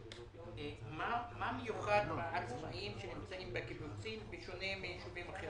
מה מיוחד בעצמאים שנמצאים בקיבוצים בשונה מיישובים אחרים?